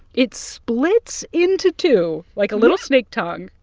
it splits into two, like a little snake tongue.